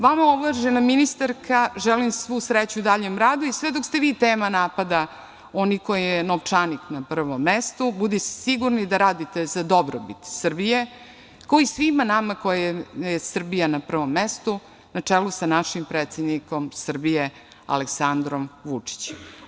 Vama uvažena ministarka, želim svu sreću u daljem radu i sve dok ste vi tema napada onih kojima je novčanik na prvom mestu, budite sigurni da radite za dobrobit Srbije, svima nama kojima je Srbija na prvom mestu na čelu sa našim predsednikom Srbije Aleksandrom Vučićem.